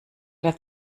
der